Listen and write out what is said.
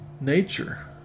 nature